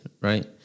right